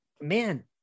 man